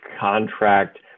contract